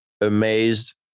amazed